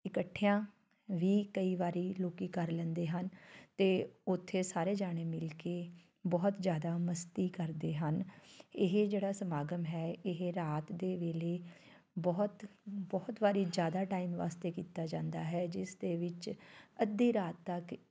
ਇਕੱਠਿਆਂ ਵੀ ਕਈ ਵਾਰੀ ਲੋਕ ਕਰ ਲੈਂਦੇ ਹਨ ਅਤੇ ਉੱਥੇ ਸਾਰੇ ਜਾਣੇ ਮਿਲ ਕੇ ਬਹੁਤ ਜ਼ਿਆਦਾ ਮਸਤੀ ਕਰਦੇ ਹਨ ਇਹ ਜਿਹੜਾ ਸਮਾਗਮ ਹੈ ਇਹ ਰਾਤ ਦੇ ਵੇਲੇ ਬਹੁਤ ਬਹੁਤ ਵਾਰੀ ਜ਼ਿਆਦਾ ਟਾਈਮ ਵਾਸਤੇ ਕੀਤਾ ਜਾਂਦਾ ਹੈ ਜਿਸ ਦੇ ਵਿੱਚ ਅੱਧੀ ਰਾਤ ਤੱਕ